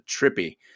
trippy